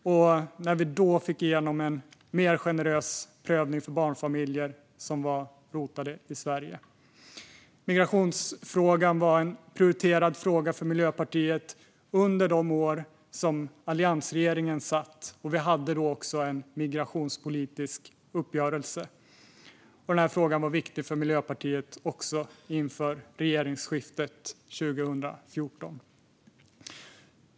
Vi fick då igenom en mer generös prövning för barnfamiljer som var rotade i Sverige. Migrationsfrågan var en prioriterad fråga för Miljöpartiet under de år som alliansregeringen satt vid makten, och vi hade då också en migrationspolitisk uppgörelse. Frågan var också viktig för Miljöpartiet inför regeringsskiftet 2014.